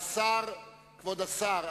כבוד השר,